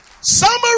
Summary